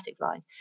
line